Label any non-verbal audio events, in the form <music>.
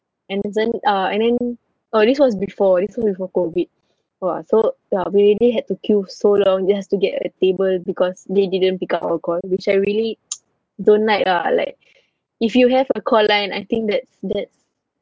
and then ah then oh this was before this was before COVID !wah! so ya we really had to queue so long just to get a table because they didn't pick up our call which I really <noise> don't like ah like <breath> if you have a call line I think that's that's